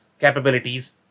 capabilities